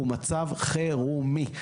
הוא מצב חירומי.